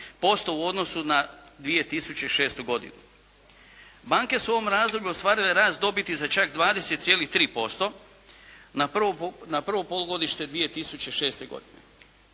u odnosu na 2006. godinu. Banke su u ovom razdoblju ostvarile rast dobiti za čak 20,3% na prvo polugodište 2006. godine.